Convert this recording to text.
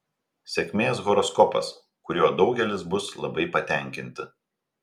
sėkmės horoskopas kuriuo daugelis bus labai patenkinti